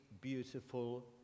beautiful